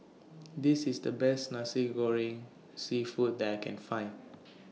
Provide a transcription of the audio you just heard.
This IS The Best Nasi Goreng Seafood that I Can Find